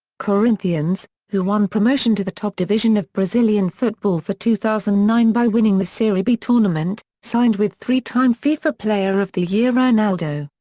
corinthians, who won promotion to the top division of brazilian football for two thousand and nine by winning the serie b tournament, signed with three-time fifa player of the year ronaldo.